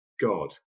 God